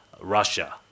Russia